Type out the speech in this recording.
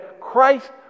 Christ